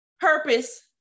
purpose